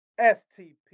STP